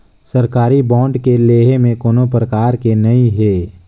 सरकारी बांड के लेहे में कोनो परकार के नइ हे